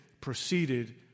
proceeded